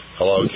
Hello